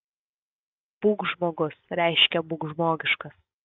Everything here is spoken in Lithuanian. būk žmogus reiškia būk žmogiškas